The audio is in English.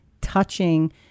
touching